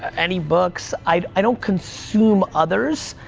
any books, i don't consume others,